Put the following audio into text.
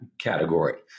category